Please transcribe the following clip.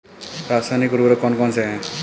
रासायनिक उर्वरक कौन कौनसे हैं?